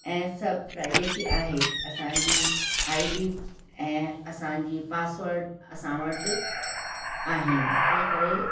ऐं सभु प्राइवेसी आहे असांजी आई डी ऐं असांजी पासवर्ड असां वटि आहिनि तंहिं करे